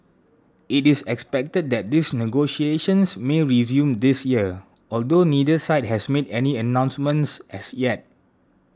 it is expected that these negotiations may resume this year although neither side has made any announcements as yet